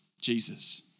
Jesus